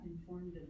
informed